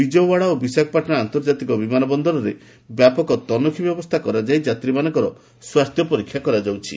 ବିଜୟୱାଡା ଓ ବିଶାଖାପାଟଣା ଆନ୍ତର୍ଜାତିକ ବିମାନ ବନ୍ଦରରେ ବ୍ୟାପକ ତନଖି ବ୍ୟବସ୍ଥା କରାଯାଇ ଯାତ୍ୱୀମାନଙ୍କ ସ୍ପାସ୍ଥ୍ୟ ପରୀକ୍ଷା କରାଯାଉଛି